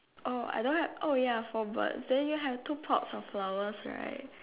oh I don't have oh ya four birds then you have two pots of flowers right